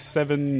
Seven